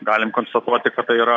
galim konstatuoti kad tai yra